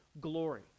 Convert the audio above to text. glory